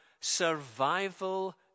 survival